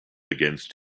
against